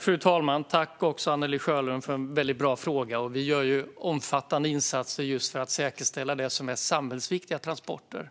Fru talman! Tack, Anne-Li Sjölund, för en väldigt bra fråga! Vi gör omfattande insatser för att säkerställa det som är samhällsviktiga transporter.